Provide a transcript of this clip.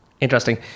Interesting